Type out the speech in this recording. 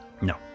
No